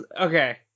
Okay